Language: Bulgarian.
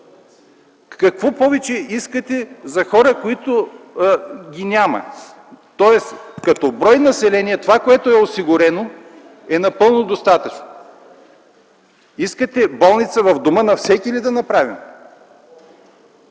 Какво повече искате за хора, които ги няма? Тоест, като за брой население това, което е осигурено, е напълно достатъчно. Искате болница в дома на всеки ли да направим?